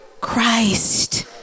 Christ